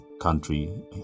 country